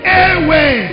airway